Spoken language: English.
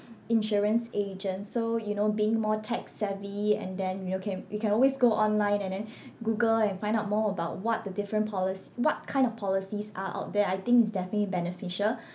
insurance agent so you know being more tech savvy and then you know can you can always go online and then google and find out more about what the different policy what kind of policies are out there I think it's definitely beneficial